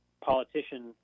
politician